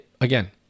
again